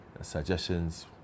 suggestions